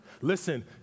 listen